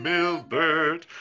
Milbert